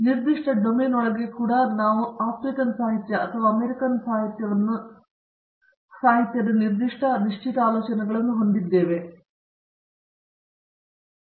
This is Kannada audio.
ಮತ್ತು ಆ ನಿರ್ದಿಷ್ಟ ಡೊಮೇನ್ ಒಳಗೆ ಕೂಡ ನಾವು ಆಫ್ರಿಕನ್ ಸಾಹಿತ್ಯ ಅಥವಾ ಅಮೇರಿಕನ್ ಸಾಹಿತ್ಯವನ್ನು ನಿರ್ದಿಷ್ಟ ನಿಶ್ಚಿತ ಆಲೋಚನೆಗಳನ್ನು ಹೊಂದಿದ್ದೇವೆ ಎಂದು ಹೇಳೋಣ ಮತ್ತು ಆ ಪ್ರದೇಶಗಳು ತಮ್ಮ ಸಿಬ್ಬಂದಿಗಳೊಂದಿಗೆ ಆಳ ಚರ್ಚೆಯಲ್ಲಿ ಹೊರಹೊಮ್ಮುತ್ತವೆ